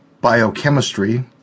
biochemistry